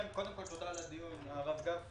על הדיון, הרב גפני.